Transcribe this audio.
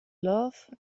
love